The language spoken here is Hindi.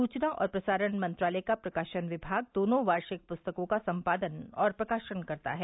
सुचना और प्रसारण मंत्रालय का प्रकाशन विभाग दोनों वार्षिक पुस्तकों का संपादन और प्रकाशन करता है